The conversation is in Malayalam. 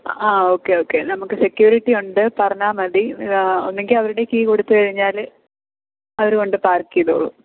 ആ ഓക്കെ ഓക്കെ നമുക്ക് സെക്യൂരിറ്റി ഉണ്ട് പറഞ്ഞാൽ മതി ഒന്നുങ്കിൽ അവരുടെ കീ കൊടുത്ത് കഴിഞ്ഞാൽ അവർ കൊണ്ട് പാർക്ക് ചെയ്തോളും